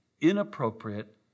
inappropriate